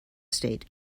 state